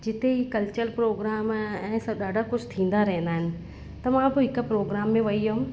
जिते ई culture programme ऐं सां ॾाढा कुझु थींदा रहंदा आहिनि त मां बि हिकु प्रोग्राम में वई हुयमि